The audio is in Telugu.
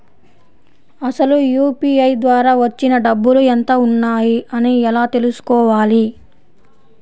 అసలు యూ.పీ.ఐ ద్వార వచ్చిన డబ్బులు ఎంత వున్నాయి అని ఎలా తెలుసుకోవాలి?